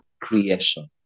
creation